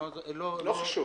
אני לא זוכר